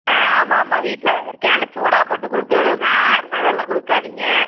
ஆ ஆமாம் ஆமாம் வீட்டில் தான் இருக்கேன் ஆனால் சூடாக போட்டு கொடுத்துவுடுங்க ஆறினதெல்லாம் கொடுக்காதீங்க